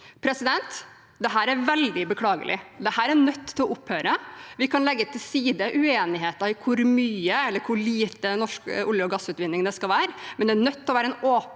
risikovurdering. Dette er veldig beklagelig. Dette er nødt til å opphøre. Vi kan legge til side uenigheten om hvor stor eller hvor liten norsk olje- og gassutvinning skal være, men det er nødt til å være en åpen,